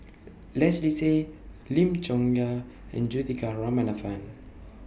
Leslie Tay Lim Chong Yah and Juthika Ramanathan